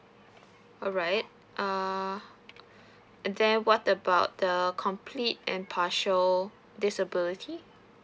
alright err then what about the complete and partial disability